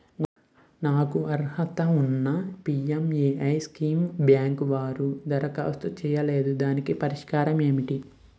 నాకు అర్హత ఉన్నా పి.ఎం.ఎ.వై స్కీమ్ బ్యాంకు వారు దరఖాస్తు చేయలేదు దీనికి పరిష్కారం ఏమిటి?